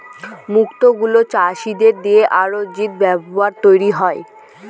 মুক্ত গুলো চাষীদের দিয়ে আয়োজিত ব্যবস্থায় তৈরী হয়